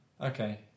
Okay